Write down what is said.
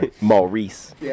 Maurice